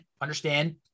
understand